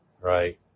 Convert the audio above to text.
right